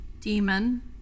demon